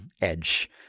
edge